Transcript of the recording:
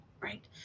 Right